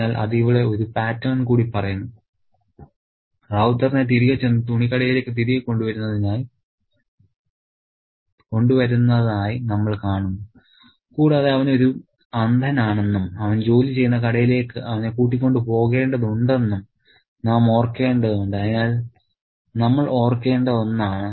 അതിനാൽ അത് ഇവിടെ ഒരു പാറ്റേൺ കൂടി പറയുന്നു റൌത്തറിനെ തിരികെ ചെന്ന് തുണിക്കടയിലേക്ക് തിരികെ കൊണ്ടുവരുന്നതായി നമ്മൾ കാണുന്നു കൂടാതെ അവൻ ഒരു അന്ധനാണെന്നും അവൻ ജോലി ചെയ്യുന്ന കടയിലേക്ക് അവനെ കൂട്ടിക്കൊണ്ട് പോകേണ്ടതുണ്ടെന്നും നാം ഓർക്കേണ്ടതുണ്ട്